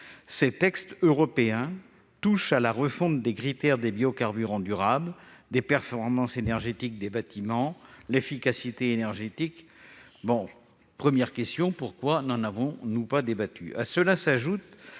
Ces textes européens procèdent à la refonte des critères relatifs aux biocarburants durables, aux performances énergétiques des bâtiments, à l'efficacité énergétique. Pourquoi n'en avons-nous pas débattu ?